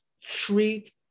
treat